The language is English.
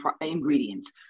ingredients